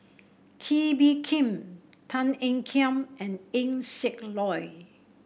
Kee Bee Khim Tan Ean Kiam and Eng Siak Loy